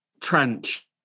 trench